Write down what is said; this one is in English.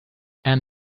and